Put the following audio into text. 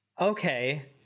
okay